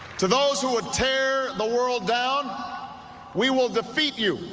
to those who would tear the world down we will defeat you